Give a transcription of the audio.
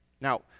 Now